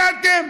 זה אתם.